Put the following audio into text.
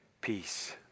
peace